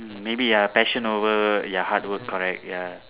mm maybe ya passion over ya hard work correct ya